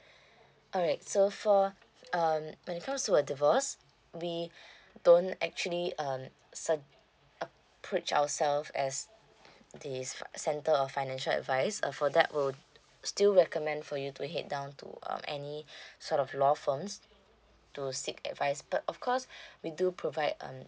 alright so for um when it comes to a divorce we don't actually um sug~ uh preach ourselves as this center of financial advice uh for that we'll still recommend for you to head down to um any sort of law firms to seek advice but of course we do provide um